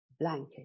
blanket